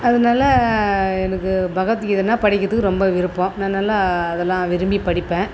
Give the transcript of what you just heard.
அதனால் எனக்கு பகவத் கீதைனா படிக்கிறதுக்கு ரொம்ப விருப்பம் நான் நல்லா அதெல்லாம் விரும்பி படிப்பேன்